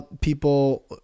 people